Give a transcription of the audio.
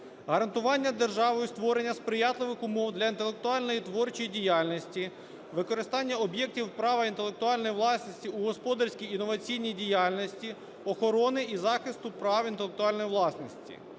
гарантування державою створення сприятливих умов для інтелектуальної творчої діяльності; використання об'єктів права інтелектуальної власності у господарській інноваційній діяльності, охорони і захисту прав інтелектуальної власності;